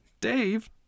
Dave